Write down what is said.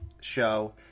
show